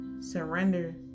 surrender